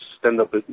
stand-up